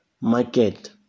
market